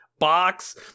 box